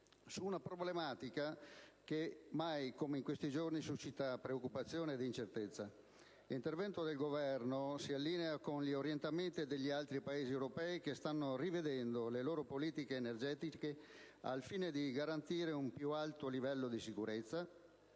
su una problematica che mai come in questi giorni suscita preoccupazione ed incertezza. L'intervento del Governo si allinea con gli orientamenti degli altri Paesi europei che stanno rivedendo le loro politiche energetiche al fine di garantire un più alto livello di sicurezza